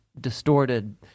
distorted